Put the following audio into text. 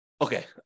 Okay